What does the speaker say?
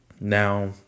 Now